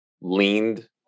leaned